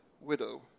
widow